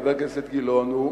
חבר הכנסת גילאון,